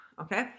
Okay